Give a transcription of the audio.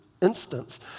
instance